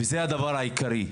וזה הדבר העיקרי.